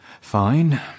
Fine